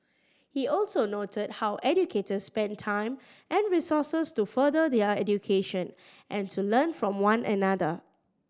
he also noted how educators spend time and resources to further their education and to learn from one another